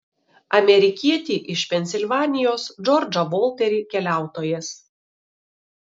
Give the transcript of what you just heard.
amerikietį iš pensilvanijos džordžą volterį keliautojas